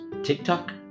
TikTok